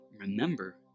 remember